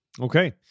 okay